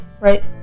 right